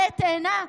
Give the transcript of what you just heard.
עלה תאנה?